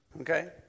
okay